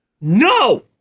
No